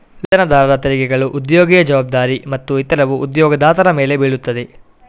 ವೇತನದಾರರ ತೆರಿಗೆಗಳು ಉದ್ಯೋಗಿಯ ಜವಾಬ್ದಾರಿ ಮತ್ತು ಇತರವು ಉದ್ಯೋಗದಾತರ ಮೇಲೆ ಬೀಳುತ್ತವೆ